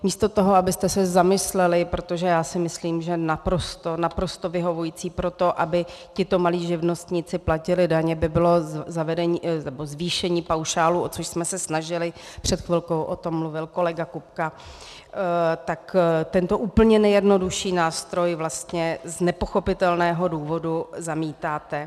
Místo toho, abyste se zamysleli, protože si myslím, že naprosto vyhovující pro to, aby tito malí živnostníci platili daně, by bylo zvýšení paušálu, o což jsme se snažili, před chvilkou o tom mluvil kolega Kupka, tento úplně nejjednodušší nástroj vlastně z nepochopitelného důvodu zamítáte.